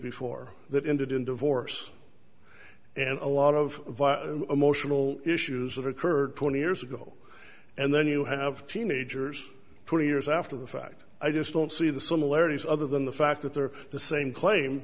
before that ended in divorce and a lot of emotional issues that occurred twenty years ago and then you have teenagers forty years after the fact i just don't see the similarities other than the fact that they're the same cla